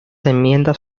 enmiendas